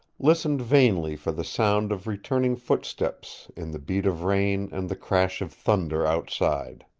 listened vainly for the sound of returning footsteps in the beat of rain and the crash of thunder outside.